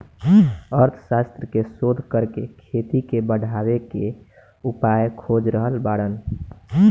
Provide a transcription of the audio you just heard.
अर्थशास्त्र के शोध करके खेती के बढ़ावे के उपाय खोज रहल बाड़न